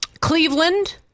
Cleveland